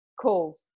cool